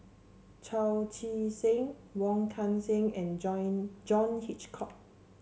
Chao Tzee Cheng Wong Kan Seng and Join John Hitchcock